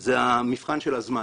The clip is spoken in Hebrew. זה מבחן הזמן: